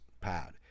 pad